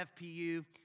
FPU